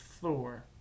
Thor